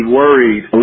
worried